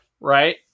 right